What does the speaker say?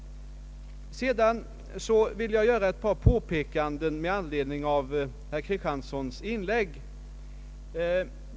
Sedan vill jag göra ett par påpekanden med anledning av herr Kristianssons inlägg.